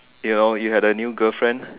you know you had a new girlfriend